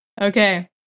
okay